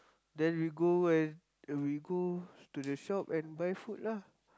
then we go and we go to the shop and buy food lah